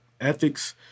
Ethics